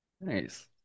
Nice